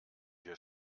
wir